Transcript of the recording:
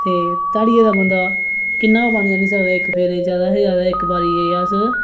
ते बंदा किन्ना गै पानी आह्नी सकदा इक फेरे च ज्यादा शा ज्यादा इक बारी च अस